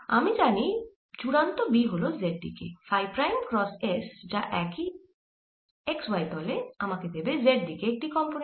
আমি জানি চুড়ান্ত B হল z দিকে ফাই প্রাইম ক্রস s যা একই x y তলে আমাকে দেবে z দিকে একটি কম্পোনেন্ট